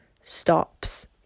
stops